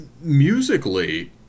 Musically